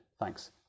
Thanks